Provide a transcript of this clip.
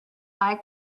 eye